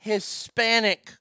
Hispanic